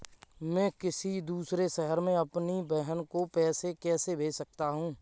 मैं किसी दूसरे शहर से अपनी बहन को पैसे कैसे भेज सकता हूँ?